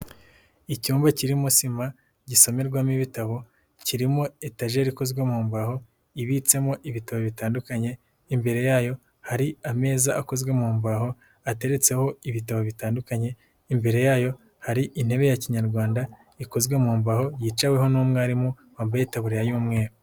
Icyumba kirimo sima gisomerwamo ibitabo, kirimo etageri ikozwe mu mbaho ibitsemo ibitaro bitandukanye, imbere yayo hari ameza akozwe mu mbaho ateretseho ibitabo bitandukanye, imbere yayo hari intebe ya kinyarwanda ikozwe mu mbaho, yiciweho n'umwarimu wambaye itaburiya y'umweru.